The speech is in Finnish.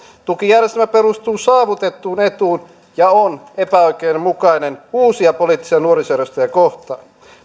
tukijärjestelmä perustuu saavutettuun etuun ja on epäoikeudenmukainen uusia poliittisia nuorisojärjestöjä kohtaan